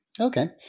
Okay